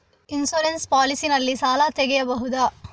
Insurance policy ನಲ್ಲಿ ಸಾಲ ತೆಗೆಯಬಹುದ?